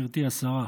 גברתי השרה,